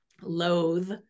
loathe